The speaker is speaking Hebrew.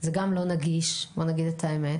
זה גם לא נגיש בוא נגיד את האמת.